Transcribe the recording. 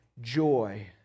joy